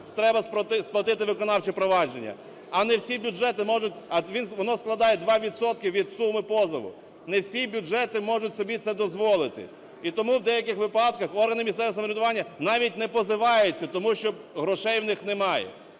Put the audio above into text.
треба сплатити виконавче провадження. А не всі бюджети можуть, а воно складає 2 відсотки від суми позову, не всі бюджети можуть собі це дозволити. І тому в деяких випадках органи місцевого самоврядування навіть не позиваються, тому що грошей у них немає.